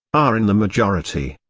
are in the majority.